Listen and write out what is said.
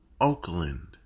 Oakland